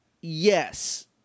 Yes